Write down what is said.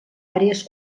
àrees